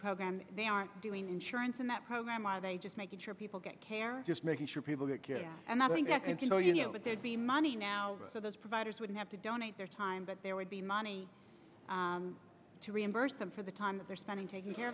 program they aren't doing insurance in that program are they just making sure people get care just making sure people get good at and i think i can tell you that there'd be money now for those providers wouldn't have to donate their time but there would be money to reimburse them for the time that they're spending taking care